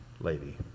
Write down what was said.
lady